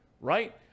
right